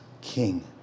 King